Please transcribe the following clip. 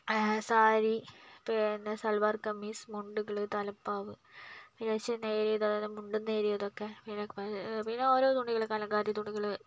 അതായത് സാരി പിന്നെ സൽവാർ കമ്മീസ് മുണ്ടുണ്ട് തലപ്പാവ് വേഷ്ടിയും നേരിയതും അതുപോലെ മുണ്ടും നേരിയതൊക്കെ പിന്നെ ഓരോ തുണികള് കലങ്കാരി തുണികള്